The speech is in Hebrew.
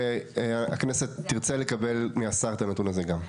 והכנסת תרצה לקבל מהשר את הנתון הזה גם.